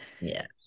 Yes